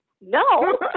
no